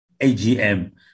AGM